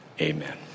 Amen